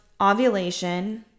ovulation